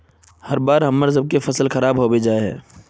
हर बार हम्मर सबके फसल खराब होबे जाए है?